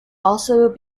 also